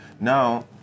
Now